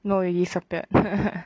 no you disappeared